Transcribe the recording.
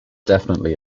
definitely